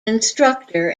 instructor